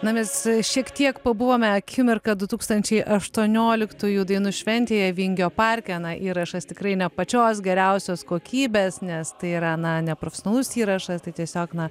na mes šiek tiek pabuvome akimirką du tūkstančiai aštuonioliktųjų dainų šventėje vingio parke na įrašas tikrai ne pačios geriausios kokybės nes tai yra na ne profesionalus įrašas tai tiesiog na